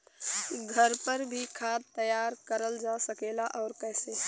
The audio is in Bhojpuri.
घर पर भी खाद तैयार करल जा सकेला और कैसे?